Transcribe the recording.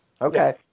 Okay